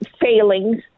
failings